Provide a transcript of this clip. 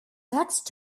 next